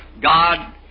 God